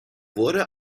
wurde